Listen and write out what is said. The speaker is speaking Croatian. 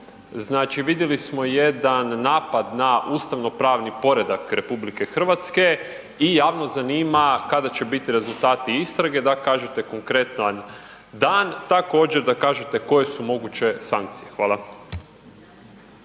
Znači vidjeli smo jedan napad na ustavnopravni poredak Republike Hrvatske, i javnost zanima kada će biti rezultati istrage da kažete konkretan dan, također da kažete koje su moguće sankcije. Hvala.